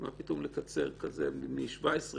מה פתאום לקצר מ-17?